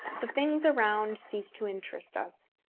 the things around cease to interest us,